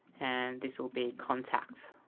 and this will be contact